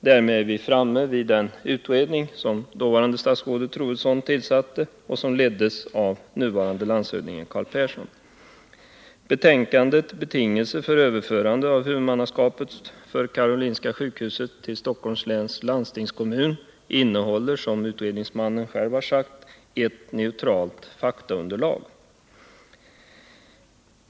Därmed är vi framme vid den utredning som dåvarande statsrådet Troedsson tillsatte och som leddes av nuvarande landshövdingen Carl Persson. Betänkandet, Betingelser för överförande av huvudmannaskapet för Karolinska sjukhuset till Stockholms läns landstingskommun, innehåller enligt vad utredningsmannen själv sagt ett neutralt faktaunderlag.